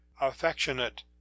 affectionate